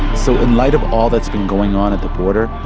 so in light of all that's been going on at the border,